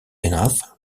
enough